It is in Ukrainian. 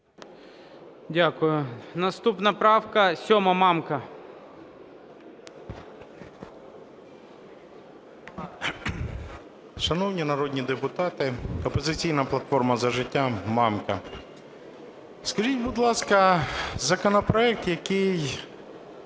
Дякую. Наступна правка 7, Мамка.